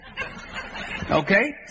Okay